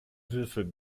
würfel